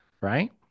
right